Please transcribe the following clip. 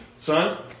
Son